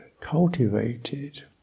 cultivated